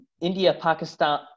India-Pakistan